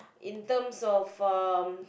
in terms of um